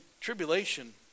tribulation